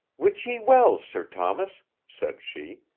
wit ye well, sir thomas, said she,